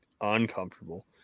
uncomfortable